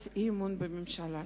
אז אי-אמון בממשלה.